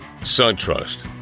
SunTrust